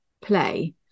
play